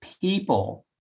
people